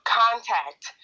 contact